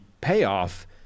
payoff